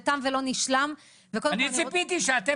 תם ולא נשלם -- אני ציפיתי שאתם